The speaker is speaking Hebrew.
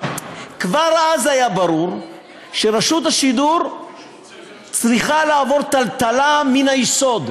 כבר אז היה ברור שרשות השידור צריכה לעבור טלטלה מן היסוד.